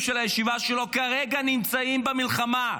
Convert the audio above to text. של הישיבה שלו כרגע נמצאים במלחמה.